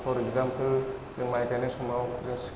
पर एग्जामफोल जों माइ गायनाय समाव